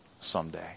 someday